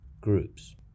groups